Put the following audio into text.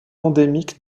endémique